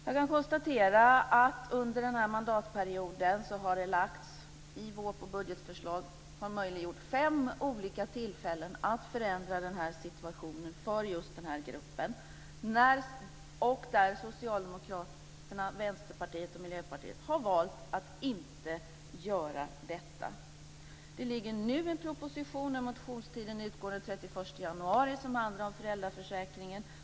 Jag kan konstatera att under den här mandatperioden har det i vårproposition och budgetförslag varit möjligt att vid fem olika tillfällen förändra situationen för just den här gruppen. Socialdemokraterna, Vänsterpartiet och Miljöpartiet har valt att inte göra detta. Det föreligger nu en proposition där motionstiden utgår den 31 januari som handlar om föräldraförsäkringen.